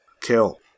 Kill